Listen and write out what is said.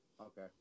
Okay